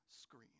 screen